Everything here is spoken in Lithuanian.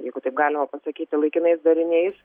jeigu taip galima pasakyti laikinais dariniais